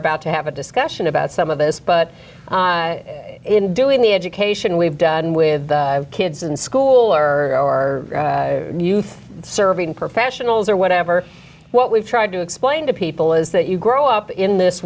about to have a discussion about some of this but in doing the education we've done with kids in school or our youth serving professionals or whatever what we've tried to explain to people is that you grow up in this